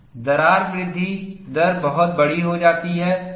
दरार वृद्धि दर बहुत बड़ी हो जाती है